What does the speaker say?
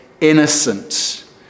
innocent